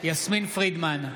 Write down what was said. יסמין פרידמן,